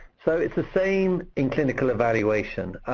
so it's the same in clinical evaluation,